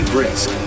Brisk